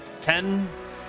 ten